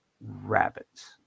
rabbits